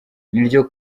niryo